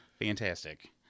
Fantastic